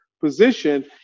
position